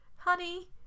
Honey